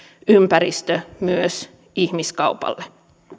ympäristö myös ihmiskaupalle